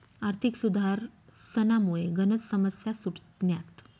आर्थिक सुधारसनामुये गनच समस्या सुटण्यात